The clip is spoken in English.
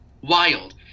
wild